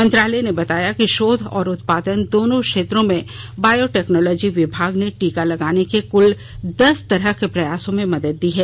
मंत्रालय ने बताया कि शोध और उत्पादन दोनों क्षेत्रों में बायोटेक्नोलॉजी विभाग ने टीका बनाने के कल दस तरह के प्रयासों में मदद दी है